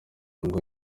ngo